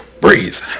breathe